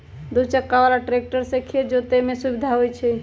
दू चक्का बला ट्रैक्टर से खेत जोतय में सुविधा होई छै